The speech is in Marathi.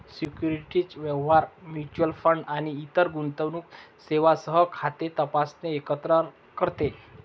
सिक्युरिटीज व्यवहार, म्युच्युअल फंड आणि इतर गुंतवणूक सेवांसह खाते तपासणे एकत्र करते